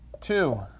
Two